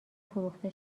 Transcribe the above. فروخته